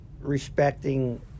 respecting